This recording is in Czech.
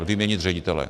Vyměnit ředitele.